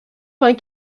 vingt